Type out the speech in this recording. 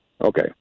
Okay